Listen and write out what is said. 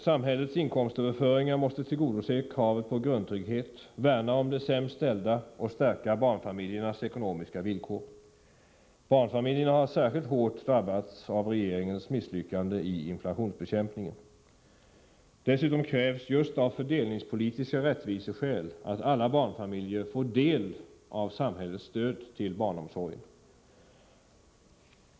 Samhällets inkomstöverföringar måste tillgodose kravet på grundtrygghet, värna om de sämst ställda och stärka barnfamiljernas ekonomiska villkor. Barnfamiljerna har särskilt hårt drabbats av regeringens misslyckande i inflationsbekämpningen. Dessutom krävs just av fördelningspolitiska rättviseskäl att alla barnfamiljer får del av samhällets stöd till barnomsorgen.